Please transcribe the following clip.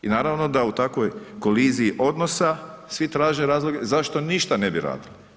I naravno da u takvoj koliziji odnosa svi traže razloge zašto ništa ne bi radili.